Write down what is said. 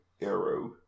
Arrow